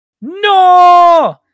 no